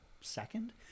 second